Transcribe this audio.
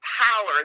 Power